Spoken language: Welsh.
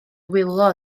wylo